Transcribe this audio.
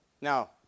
Now